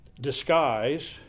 disguise